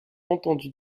entendu